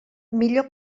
millor